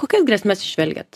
kokias grėsmes įžvelgiat